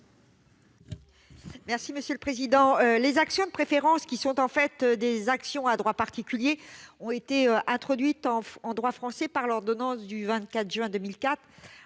Mme Éliane Assassi. Les actions de préférence, qui sont en fait des actions à droits particuliers, ont été introduites en droit français par l'ordonnance du 24 juin 2004